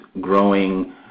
growing